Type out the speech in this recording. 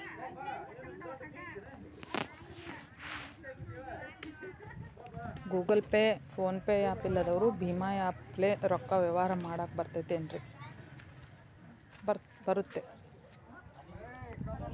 Google Pay, PhonePe app ಇಲ್ಲದವರು ಭೇಮಾ app ಲೇ ರೊಕ್ಕದ ವ್ಯವಹಾರ ಮಾಡಾಕ್ ಬರತೈತೇನ್ರೇ?